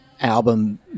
album